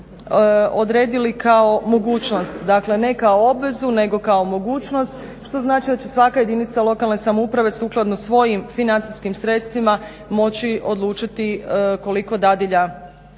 odredili kao mogućnost, dakle ne kao obvezu nego kao mogućnost što znači da će svaka jedinica lokalne samouprave sukladno svojim financijskim sredstvima moći odlučiti koliko dadilja